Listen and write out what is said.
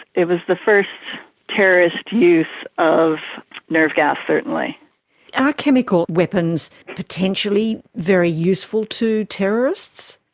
it was the first terrorist use of nerve gas, certainly. are chemical weapons potentially very useful to terrorists?